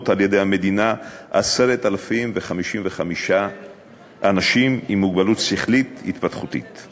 על-ידי המדינה 10,055 אנשים עם מוגבלות שכלית התפתחותית.